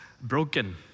broken